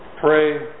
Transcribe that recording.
pray